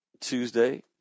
Tuesday